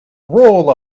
rule